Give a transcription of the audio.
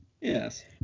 Yes